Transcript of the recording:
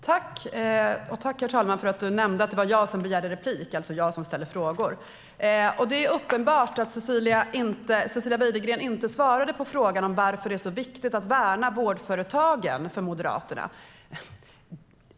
Herr talman! Tack för att du nämnde att det var jag som begärde replik! Det är alltså jag som ställer frågor. Det är uppenbart att Cecilia Widegren inte svarade på frågan om varför det är så viktigt för Moderaterna att värna vårdföretagen.